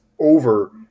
over